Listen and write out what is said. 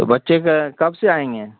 تو بچے کب سے آئیں گے